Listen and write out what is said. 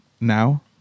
now